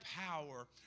power